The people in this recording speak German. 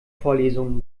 vorlesungen